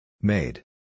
Made